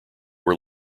were